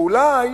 או אולי